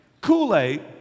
Kool-Aid